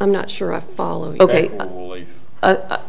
i'm not sure i follow ok